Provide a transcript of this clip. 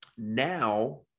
Now